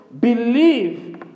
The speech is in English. believe